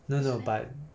no no but